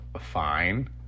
fine